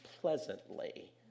pleasantly